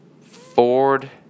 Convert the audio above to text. Ford